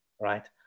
right